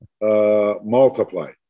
Multiply